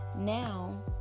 Now